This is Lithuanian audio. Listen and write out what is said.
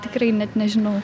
tikrai net nežinau